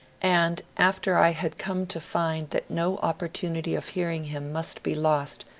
and after i had come to find that no opportunity of hearing him must be lost,